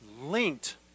linked